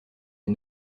est